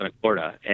Florida